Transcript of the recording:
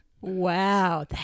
Wow